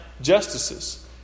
justices